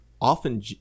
often